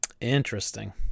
Interesting